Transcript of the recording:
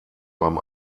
beim